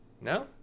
No